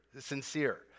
sincere